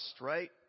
right